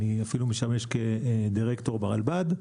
ואני אפילו משמש כדירקטור ברלב"ד.